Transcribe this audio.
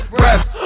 breath